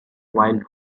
while